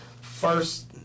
first